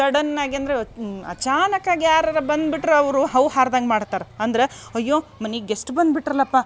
sudden ಆಗಿ ಅಂದ್ರೆ ಅಚಾನಕ್ ಆಗಿ ಯಾರಾರೂ ಬಂದುಬಿಟ್ರೆ ಅವರು ಹೌಹಾರ್ದಂಗೆ ಮಾಡ್ತಾರ ಅಂದ್ರೆ ಅಯ್ಯೋ ಮನಿಗೆ ಗೆಸ್ಟ್ ಬಂದ್ಬಿಟ್ರಲ್ಲಪ್ಪ